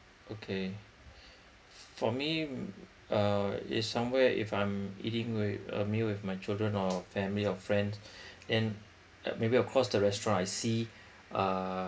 okay for me uh it's somewhere if I'm eating with a meal with my children or family or friends and maybe across the restaurant I see uh